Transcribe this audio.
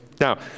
Now